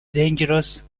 dangerous